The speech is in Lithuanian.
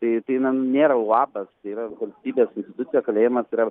tai tai na nėra uabas tai yra valstybės institucija kalėjimas yra